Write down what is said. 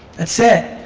that's it.